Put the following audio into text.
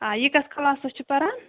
آ یہِ کَتھ کٕلاسَس چھِ پَران